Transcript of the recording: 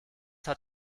hat